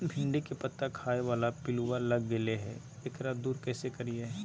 भिंडी के पत्ता खाए बाला पिलुवा लग गेलै हैं, एकरा दूर कैसे करियय?